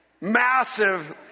massive